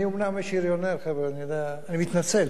אני מתנצל,